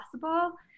possible